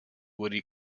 woody